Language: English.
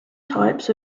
types